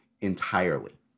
entirely